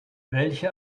welche